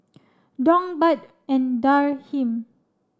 Dong Baht and Dirham